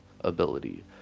ability